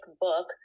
book